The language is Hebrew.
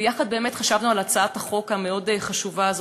ביחד באמת חשבנו על הצעת החוק המאוד-חשובה הזאת,